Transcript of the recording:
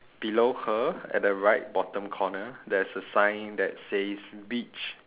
below her at the right bottom corner there's a sign that says beach